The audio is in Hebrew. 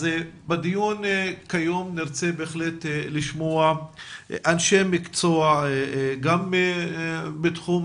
בדיון היום נרצה לשמוע אנשי מקצוע גם בתחום